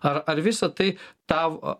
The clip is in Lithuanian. ar ar visa tai tau